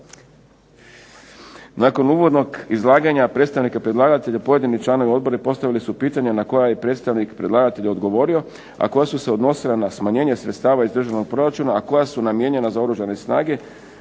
Nakon uvodnog izlaganja predstavnika predlagatelja pojedini članovi odbora postavili su pitanja na koja je predstavnik predlagatelja odgovorio, a koja su se odnosila na smanjenje sredstava iz državnog proračuna, a koja su namijenjena za Oružane snage